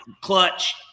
clutch